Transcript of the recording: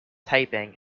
typing